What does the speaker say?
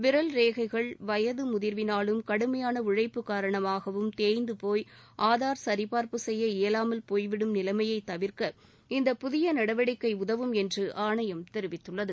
விரல் ரேகைகள் வயது முதிர்வினாலும் கடுமையான உழைப்பு காரணமாகவும் தேப்ந்துபோய் ஆதார் சரிபார்ப்பு செய்ய இயலாமல் போய்விடும் நிலைமையை தவிர்க்க இந்த புதியநடவடிக்கை உதவும் என்று ஆணையம் தெரிவித்துள்ளது